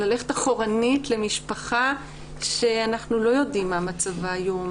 ללכת אחורנית למשפחה שאנחנו לא יודעים מה מצבה היום,